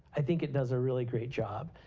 i think it does a really great job.